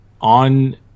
on